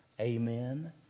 Amen